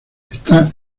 está